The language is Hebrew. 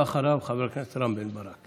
אחריו, חבר הכנסת רם בן ברק.